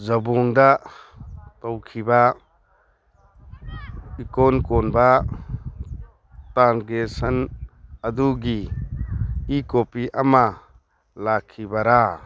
ꯖꯕꯣꯡꯗ ꯇꯧꯈꯤꯕ ꯏꯀꯣꯟ ꯀꯣꯟꯕ ꯇ꯭ꯔꯥꯟꯖꯦꯛꯁꯟ ꯑꯗꯨꯒꯤ ꯏꯤ ꯀꯣꯄꯤ ꯑꯃ ꯂꯥꯛꯈꯤꯕꯔꯥ